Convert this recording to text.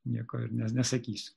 nieko ir ne nesakysiu